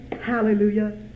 hallelujah